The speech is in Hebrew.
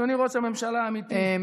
אדוני ראש הממשלה האמיתי,